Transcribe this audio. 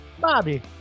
Bobby